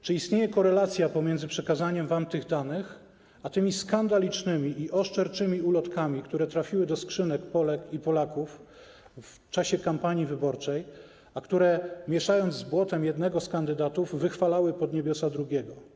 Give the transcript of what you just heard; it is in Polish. Czy istnieje korelacja pomiędzy przekazaniem wam tych danych a tymi skandalicznymi i oszczerczymi ulotkami, które trafiły do skrzynek Polek i Polaków w czasie kampanii wyborczej i które mieszając z błotem jednego z kandydatów, wychwalały pod niebiosa drugiego?